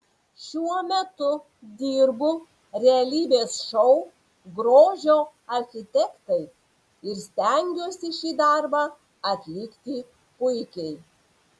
šiuo metu dirbu realybės šou grožio architektai ir stengiuosi šį darbą atlikti puikiai